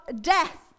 death